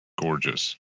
gorgeous